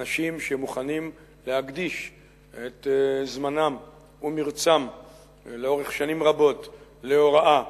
אנשים שמוכנים להקדיש את זמנם ומרצם לאורך שנים רבות להוראה,